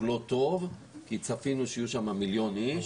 לא טוב כי צפינו שיהיו שם מיליון אנשים,